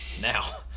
Now